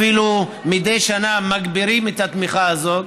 ומדי שנה אפילו מגבירים את התמיכה הזאת.